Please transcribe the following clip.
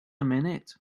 minute